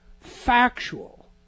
factual